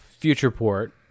Futureport